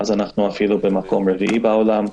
אנחנו אפילו במקום רביעי בעולם.